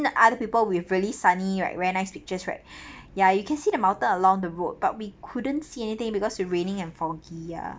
other people with really sunny like very nice pictures right ya you can see the mountains along the road but we couldn't see anything because it raining and foggy ya